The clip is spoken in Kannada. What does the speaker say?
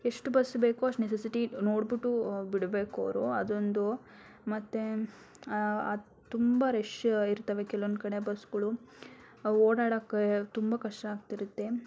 ಎಷ್ಟು ಬಸ್ ಬೇಕು ಅಷ್ಟು ನೆಸಸಿಟಿ ನೋಡಿಬಿಟ್ಟು ಬಿಡಬೇಕು ಅವರು ಅದೊಂದು ಮತ್ತೆ ಅದು ತುಂಬ ರಶ್ ಇರ್ತವೆ ಕೆಲವೊಂದ್ಕಡೆ ಬಸ್ಸುಗಳು ಓಡಾಡೋಕೆ ತುಂಬ ಕಷ್ಟ ಆಗ್ತಿರುತ್ತೆ